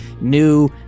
new